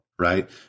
right